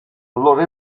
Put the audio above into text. allora